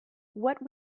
what